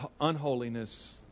unholiness